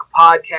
Podcast